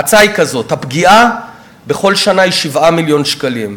ההצעה היא כזאת: הפגיעה בכל שנה היא 7 מיליון שקלים.